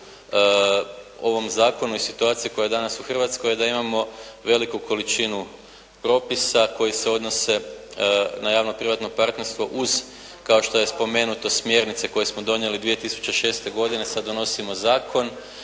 ovom zakonu i situaciji koja je danas u Hrvatskoj je da imamo veliku količinu propisa koji se odnose na javno-privatno partnerstvo uz kao što je spomenuto smjernice koje smo donijeli 2006. godine, sad donosimo zakon.